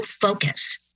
focus